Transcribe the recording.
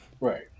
Right